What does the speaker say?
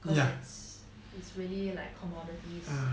'cause it's it's really like commodities